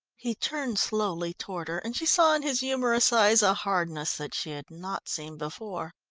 he turned slowly toward her, and she saw in his humorous eyes a hardness that she had not seen before.